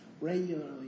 regularly